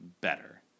better